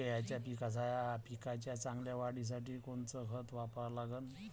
केळाच्या पिकाच्या चांगल्या वाढीसाठी कोनचं खत वापरा लागन?